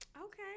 Okay